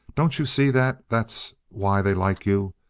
don't you see that that's why they like you?